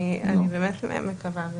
אני מקווה.